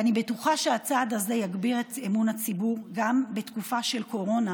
אני בטוחה שהצעד הזה יגביר את אמון הציבור גם בתקופה של קורונה,